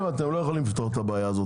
אישור מפרט זה תהליך של שניים.